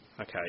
Okay